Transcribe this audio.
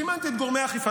זימנתי את גורמי האכיפה,